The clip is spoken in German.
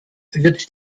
wird